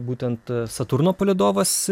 būtent saturno palydovas